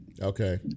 Okay